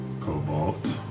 Cobalt